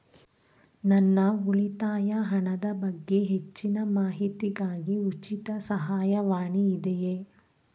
ನನ್ನ ಉಳಿತಾಯ ಹಣದ ಬಗ್ಗೆ ಹೆಚ್ಚಿನ ಮಾಹಿತಿಗಾಗಿ ಉಚಿತ ಸಹಾಯವಾಣಿ ಇದೆಯೇ?